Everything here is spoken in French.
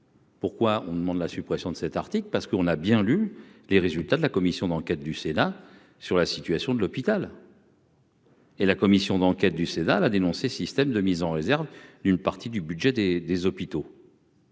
Pourquoi on demande la suppression de cet article, parce qu'on a bien lu les résultats de la commission d'enquête du Sénat sur la situation de l'hôpital. Et la commission d'enquête du Sénat la dénoncer, système de mise en réserve d'une partie du budget des des hôpitaux.